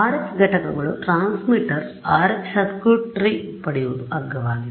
RF ಘಟಕಗಳು transmitter RF circuitry ಪಡೆಯುವುದು ಅಗ್ಗವಾಗಿದೆ